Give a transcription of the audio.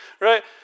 right